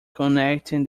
connecting